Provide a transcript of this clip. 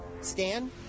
Stan